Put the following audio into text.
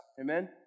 Amen